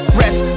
rest